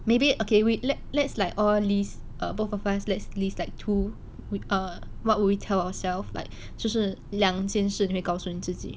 maybe okay wait let let's like all list err both of us let's list like two err what will we tell ourselves like 就是两件事就会告诉你自己